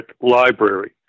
Library